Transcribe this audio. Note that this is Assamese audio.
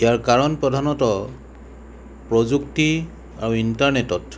ইয়াৰ কাৰণ প্ৰধানত প্ৰযুক্তি আৰু ইণ্টাৰনেটত